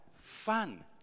fun